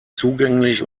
zugänglich